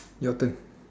your turn